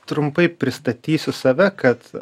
trumpai pristatysiu save kad